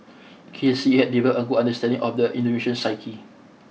K C had developed a good understanding of the Indonesian psyche